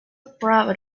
proud